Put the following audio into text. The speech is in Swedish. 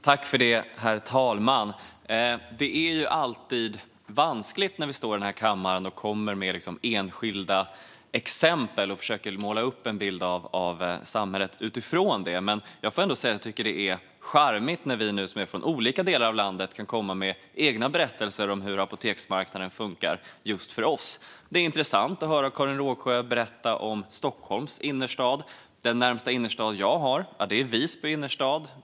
Herr talman! Det är alltid vanskligt när vi i kammaren kommer med enskilda exempel och försöker måla upp en bild av samhället utifrån dem. Men det är ändå charmigt att vi, som kommer från olika delar av landet, kan komma med egna berättelser om hur apoteksmarknaden fungerar för just oss. Det är intressant att höra Karin Rågsjö berätta om Stockholms innerstad. Den närmaste innerstad jag har är Visby innerstad.